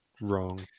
Wrong